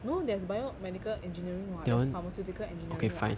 no there's biomedical engineering [what] there's pharmaceutical engineering [what]